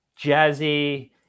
jazzy